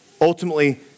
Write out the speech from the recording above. ultimately